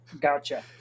Gotcha